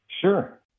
Sure